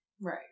right